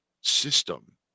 system